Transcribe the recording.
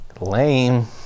Lame